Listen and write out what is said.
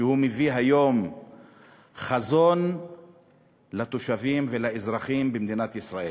שהוא מביא היום חזון לתושבים ולאזרחים במדינת ישראל.